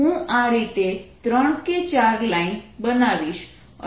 હું આ રીતે ત્રણ કે ચાર લાઈન બનાવીશ